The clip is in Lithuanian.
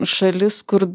šalis kur